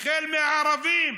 החל מהערבים,